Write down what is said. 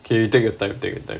take your time take your time